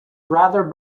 rather